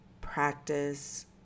practice